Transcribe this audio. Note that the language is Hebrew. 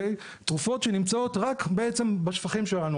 תרופות שנמצאות רק בעצם בשפכים שלנו,